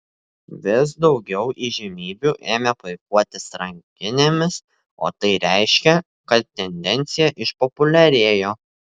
vis daugiau įžymybių ėmė puikuotis rankinėmis o tai reiškė kad tendencija išpopuliarėjo